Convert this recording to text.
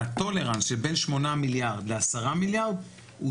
שהטורלנס שבין 8 מיליארד ל-10 מיליארד הוא